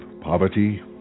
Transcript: poverty